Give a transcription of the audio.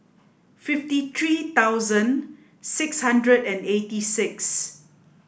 fifty three thousand six hundred and eighty six